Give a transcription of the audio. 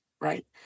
right